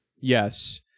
Yes